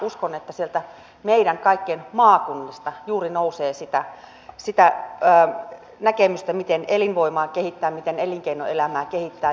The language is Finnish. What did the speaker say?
uskon että sieltä meidän kaikkien maakunnista juuri nousee sitä näkemystä miten elinvoimaa kehittää miten elinkeinoelämää kehittää